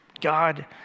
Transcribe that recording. God